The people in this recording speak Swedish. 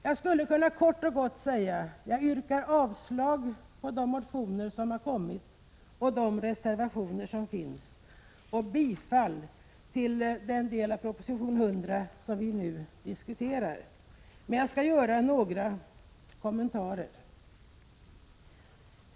Jag skulle kort och gott kunna säga att jag yrkar avslag på de motioner och reservationer som finns och bifall till den del av proposition 100 som vi nu diskuterar, men jag skall göra några kommentarer.